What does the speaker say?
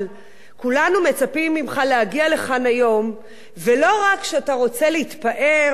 כולנו מצפים ממך להגיע לכאן היום ולא רק כשאתה רוצה להתפאר